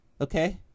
okay